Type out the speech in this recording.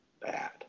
bad